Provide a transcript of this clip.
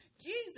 Jesus